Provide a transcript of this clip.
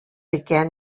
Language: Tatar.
икән